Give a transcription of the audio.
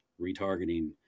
retargeting